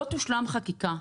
לא תושלם חקיקה.